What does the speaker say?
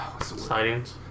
Sightings